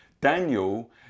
Daniel